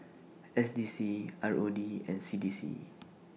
S D C R O D and C D C